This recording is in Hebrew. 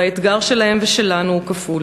והאתגר שלהם ושלנו הוא כפול.